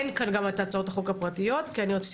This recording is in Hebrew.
אין כאן את הצעות החוק הפרטיות כי אני רציתי